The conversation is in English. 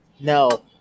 No